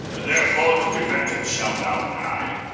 and therefore to reuenge it, shalt thou dye,